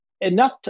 enough